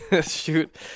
shoot